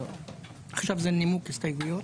עכשיו זה נימוק הסתייגויות?